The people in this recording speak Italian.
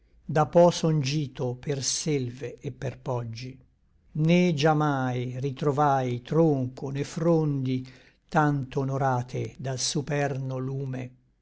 po son gito per selve et per poggi né già mai ritrovai tronco né frondi tanto honorate dal supremo lume